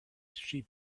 sheep